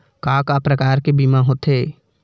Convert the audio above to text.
का का प्रकार के बीमा होथे?